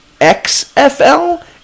XFL